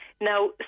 Now